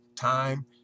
time